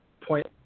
Point